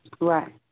Right